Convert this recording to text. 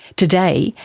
today,